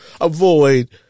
avoid—